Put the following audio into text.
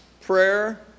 prayer